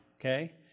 okay